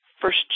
first